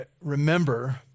remember